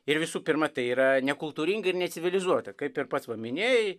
ir visų pirma tai yra nekultūringa ir necivilizuota kaip ir pats va minėjai